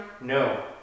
No